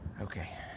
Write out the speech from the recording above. Okay